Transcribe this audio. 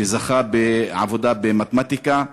שזכה על עבודה במתמטיקה,